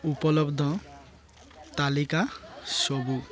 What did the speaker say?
ଉପଲବ୍ଧ ତାଲିକା ସବୁ